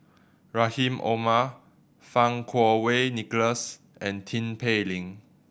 Rahim Omar Fang Kuo Wei Nicholas and Tin Pei Ling